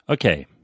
Okay